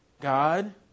God